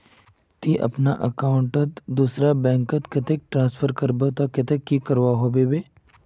ती अगर अपना अकाउंट तोत दूसरा बैंक कतेक ट्रांसफर करबो ते कतेक की करवा होबे बे?